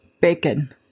bacon